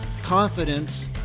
confidence